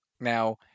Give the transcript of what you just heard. Now